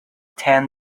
ten